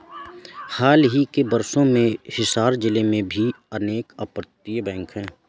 हाल ही के वर्षों में हिसार जिले में भी अनेक अपतटीय बैंक आए हैं